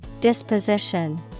Disposition